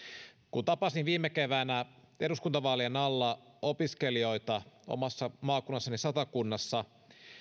kun tapasin viime keväänä eduskuntavaalien alla opiskelijoita omassa maakunnassani satakunnassa en